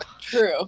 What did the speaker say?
true